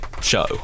show